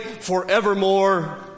forevermore